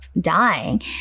dying